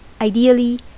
Ideally